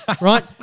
right